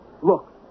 Look